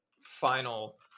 final